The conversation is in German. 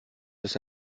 ist